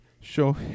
show